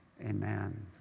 amen